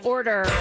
Order